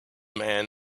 man